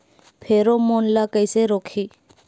Pheromone ला कइसे रोकही?